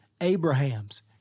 Abrahams